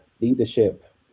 Leadership